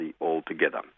altogether